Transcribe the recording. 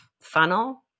funnel